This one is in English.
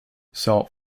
salt